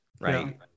right